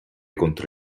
contro